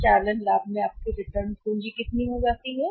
तो परिचालन लाभ में आपकी रिटर्न पूंजी कितनी हो जाती है